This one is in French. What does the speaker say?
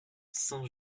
saint